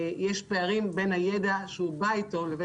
יש פערים בין הידע שהוא בא איתו לבין